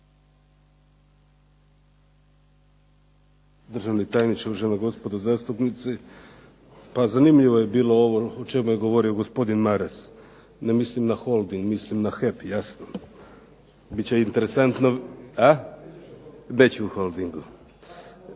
državni tajniče, uvažena gospodo zastupnici. Pa zanimljivo je bilo ovo o čemu je govorio gospodin Maras. Ne mislim na holding, mislim na HEP jasno. Bit će interesantno, ha neću o holdingu.